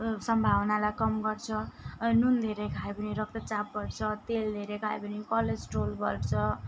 सम्भावनालाई कम गर्छ नुन धेरै खायो भने रक्तचाप बढ्छ तेल धेरै खायो भने कोलेस्ट्रोल बढ्छ